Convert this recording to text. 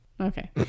Okay